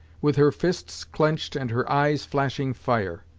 with her fists clenched and her eyes flashing fire.